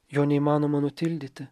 jo neįmanoma nutildyti